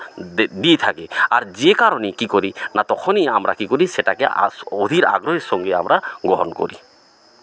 দে দিয়ে থাকে আর যে কারণে কী করি না তখনই আমরা কী করি সেটাকে আস অধীর আগ্রহের সঙ্গে আমরা গ্রহণ করি